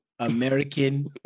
American